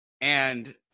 And-